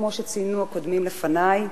כמו שציינו הקודמים לפני,